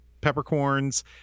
peppercorns